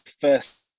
first